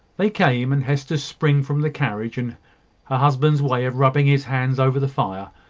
they came and hester's spring from the carriage, and her husband's way of rubbing his hands over the fire,